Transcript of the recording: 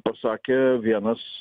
pasakė vienas